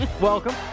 Welcome